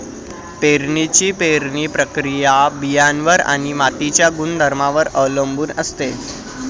पेरणीची पेरणी प्रक्रिया बियाणांवर आणि मातीच्या गुणधर्मांवर अवलंबून असते